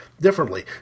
differently